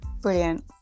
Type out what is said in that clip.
brilliant